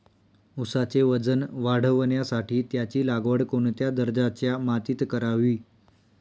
ऊसाचे वजन वाढवण्यासाठी त्याची लागवड कोणत्या दर्जाच्या मातीत करावी?